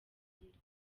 burundu